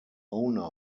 owner